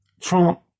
Trump